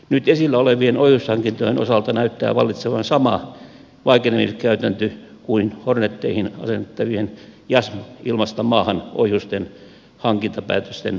nyt esillä olevien ohjushankintojen osalta näyttää vallitsevan sama vaikenemiskäytäntö kuin horneteihin asennettavien jassm ilmasta maahan ohjusten hankintapäätösten yhteydessä